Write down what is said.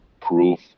proof